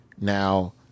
Now